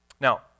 Now